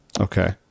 Okay